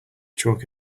chalk